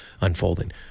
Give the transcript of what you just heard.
unfolding